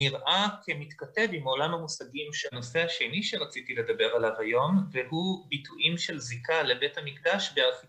נראה כמתכתב עם עולם המושגים שהנושא השני שרציתי לדבר עליו היום, והוא ביטויים של זיקה לבית המקדש בה...